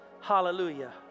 hallelujah